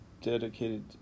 dedicated